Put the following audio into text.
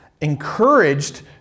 encouraged